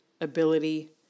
ability